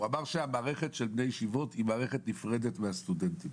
הוא אמר שהמערכת של בני ישיבות היא מערכת נפרדת מזאת של הסטודנטים.